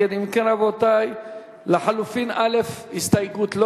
ההסתייגות לחלופין א' של קבוצת סיעת